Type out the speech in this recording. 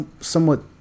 somewhat